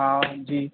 हा जी